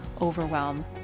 overwhelm